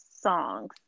songs